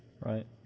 Right